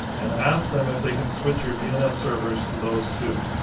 and ask them if they can switch your dns servers to those two.